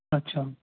اچھا